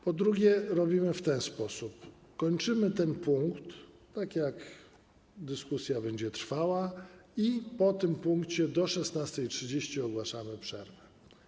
Po drugie, robimy w ten sposób: kończymy ten punkt, dyskusja będzie trwała, i po tym punkcie do godz. 16.30 ogłaszamy przerwę.